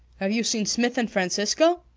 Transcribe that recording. have you seen smith and francisco?